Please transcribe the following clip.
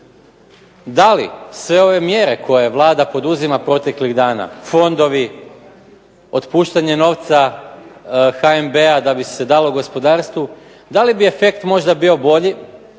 da li sve ove mjere koje Vlada poduzima proteklih dana fondovi, otpuštanje novca HNB-a da bi se dalo gospodarstvu, da li bi efekt možda bio bolji